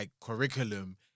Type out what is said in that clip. curriculum